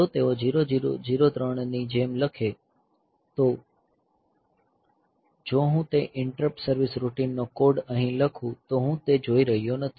જો તેઓ 0003 H ની જેમ લખે તો જો હું તે ઇન્ટરપ્ટ સર્વિસ રૂટિનનો કોડ અહીં લખું તો હું તે જોઈ રહ્યો નથી